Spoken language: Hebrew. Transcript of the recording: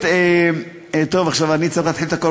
תמצית.